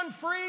free